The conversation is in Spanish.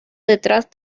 detrás